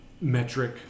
metric